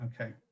okay